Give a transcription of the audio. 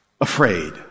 afraid